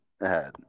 ahead